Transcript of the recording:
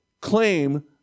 claim